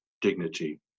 dignity